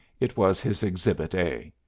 it was his exhibit a.